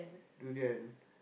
durian